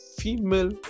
Female